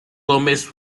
gomez